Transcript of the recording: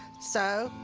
so,